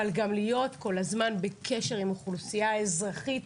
אבל גם להיות כל הזמן בקשר עם האוכלוסייה האזרחית,